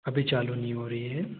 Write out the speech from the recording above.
अभी चालू नहीं हो रही है